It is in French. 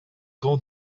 camps